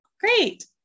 Great